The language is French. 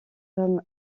comme